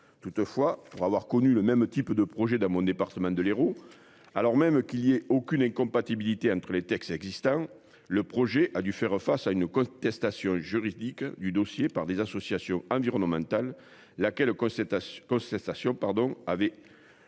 toutefois pour avoir connu le même type de projet dans mon département de l'Hérault, alors même qu'il y ait aucune incompatibilité entre les textes existants. Le projet a dû faire face à une contestation juridique du dossier par des associations environnementales, laquelle Cossette.